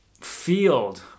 field